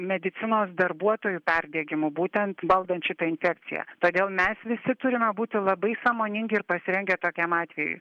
medicinos darbuotojų perdegimu būtent valdant šitą infeciją todėl mes visi turime būti labai sąmoningi ir pasirengę tokiam atvejui